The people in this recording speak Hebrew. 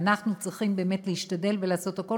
ואנחנו צריכים באמת להשתדל ולעשות הכול